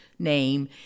name